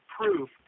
proof